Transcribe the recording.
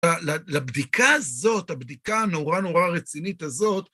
לבדיקה הזאת, הבדיקה הנורא נורא רצינית הזאת,